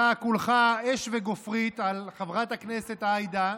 אתה כולך אש וגופרית על חברת הכנסת עאידה,